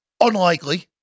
unlikely